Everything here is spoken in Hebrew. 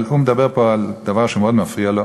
אבל הוא מדבר פה על דבר שמאוד מפריע לו,